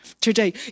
today